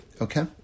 okay